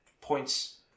points